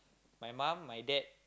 my mum my dad